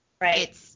Right